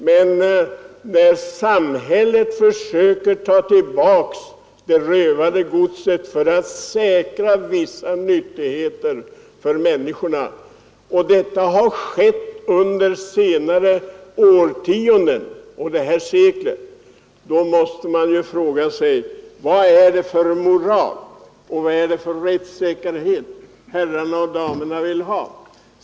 Men när samhället försöker ta tillbaka det rövade godset för att säkra vissa nyttigheter för människorna — och detta har skett under de senaste årtiondena av det här seklet — måste man fråga sig vad det är för moral och rättssäkerhet herrarna och damerna vill tillämpa.